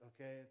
okay